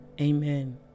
Amen